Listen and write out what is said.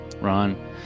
ron